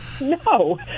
no